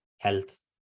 health